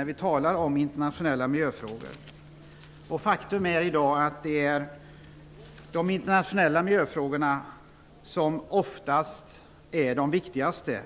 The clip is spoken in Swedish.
När vi talar om internationella miljöfrågor gäller det som regel stora, gränsöverskridande miljöproblem. De internationella miljöfrågorna är oftast de viktigaste,